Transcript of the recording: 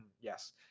yes